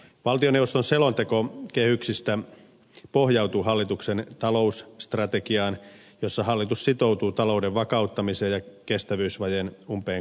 valtioneuvoston selontekokehykset pohjautuvat hallituksen talousstrategiaan jossa hallitus sitoutuu talouden vakauttamiseen ja kestävyysvajeen umpeen kuromiseen